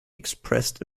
expressed